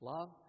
Love